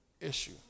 issue